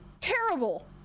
Terrible